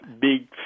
big